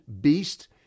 beast